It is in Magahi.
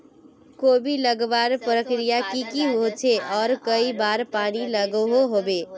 कोबी लगवार प्रक्रिया की की होचे आर कई बार पानी लागोहो होबे?